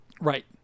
Right